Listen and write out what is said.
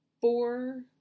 four